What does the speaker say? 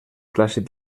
clàssic